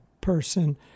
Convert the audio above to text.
person